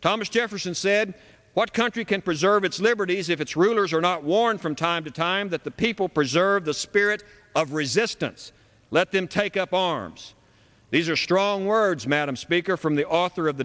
thomas jefferson said what country can preserve its liberties if its rulers are not worn from time to time that the people preserve the spirit of resistance let them take up arms these are strong words madam speaker from the author of the